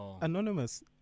Anonymous